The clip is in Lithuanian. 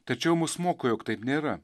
tačiau mus moko jog taip nėra